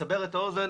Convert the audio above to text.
לסבר את האוזן,